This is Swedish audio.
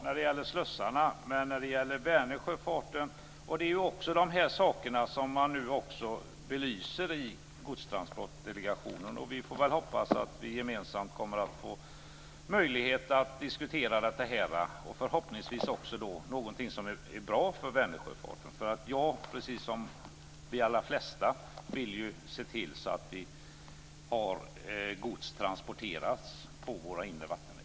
Fru talman! Ja, så är det när det gäller slussarna, men detta och Vänersjöfarten hör ju till de saker som man nu belyser i Godstransportdelegationen. Vi får väl hoppas att vi gemensamt kommer att få möjlighet att diskutera det här och att det förhoppningsvis också blir någonting bra för Vänersjöfarten. Jag, precis som de allra flesta av oss, vill ju se till att gods transporteras på våra inre vattenvägar.